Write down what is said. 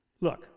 Look